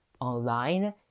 Online